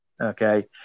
okay